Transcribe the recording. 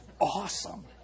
awesome